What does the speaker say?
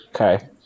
Okay